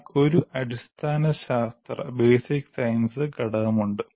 എന്നാൽ ഒരു അടിസ്ഥാന ശാസ്ത്ര ഘടകമുണ്ട്